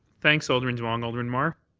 thanks alderman demong. alderman mar?